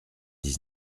dix